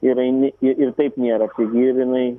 ir eini ir ir taip nėra pigi jinai